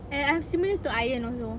and I'm similar to ian also